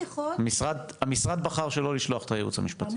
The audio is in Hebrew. המשרד בחר שלא לשלוח את הייעוץ המשפטי.